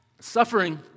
Suffering